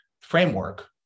framework